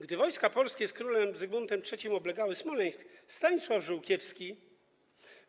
Gdy wojska polskie z królem Zygmuntem III oblegały Smoleńsk, Stanisław Żółkiewski